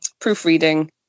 proofreading